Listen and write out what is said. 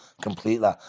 completely